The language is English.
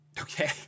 Okay